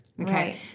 Okay